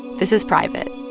this is private,